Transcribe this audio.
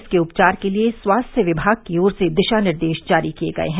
इसके उपचार के लिये स्वास्थ्य विभाग की ओर से दिशा निर्देश जारी किये गये हैं